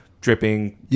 dripping